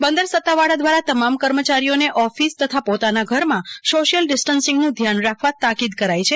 બંદર સત્તાવાળા દ્વારા તમામ કર્મયારીઓ ને ઑફિસ તથા પોતાના ઘર માં સોશિયલ ડિસ્ટન્સિંગનું ધ્યાન રાખવા તાકિદ કરાઈ છે